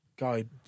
guide